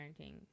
parenting